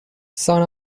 son